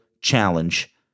challenge